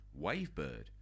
Wavebird